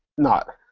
not.